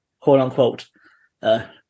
quote-unquote